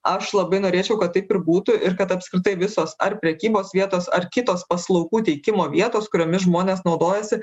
aš labai norėčiau kad taip ir būtų ir kad apskritai visos ar prekybos vietos ar kitos paslaugų teikimo vietos kuriomis žmonės naudojasi